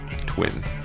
Twins